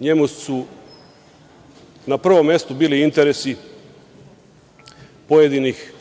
NJemu su na prvom mestu bili interesi pojedinih